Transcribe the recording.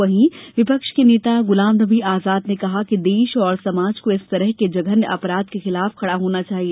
वहीं विपक्ष के नेता गुलाम नबी आज़ाद ने कहा कि देश और समाज को इस तरह के जघन्य अपराध के खिलाफ खड़ा होना चाहिए